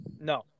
No